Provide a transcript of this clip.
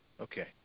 okay